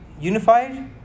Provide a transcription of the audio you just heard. unified